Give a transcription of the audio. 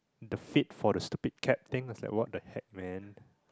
the fit for the stupid cap thing I was like what the heck man